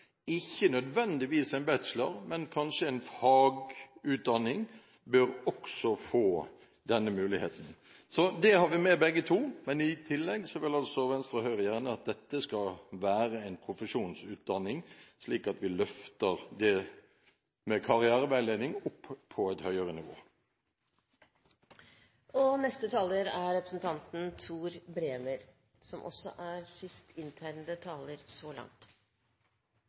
ikke nødvendigvis en bachelor, men kanskje en fagutdanning, bør også få denne muligheten. Det har vi med begge to, men i tillegg vil altså Venstre og Høyre gjerne at dette skal være en profesjonsutdanning, slik at vi løfter det med karriereveiledning opp på et høyere nivå. Eg har lenge tatt representanten Tord Lien, som no ikkje er